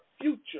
future